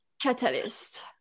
catalyst